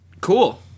Cool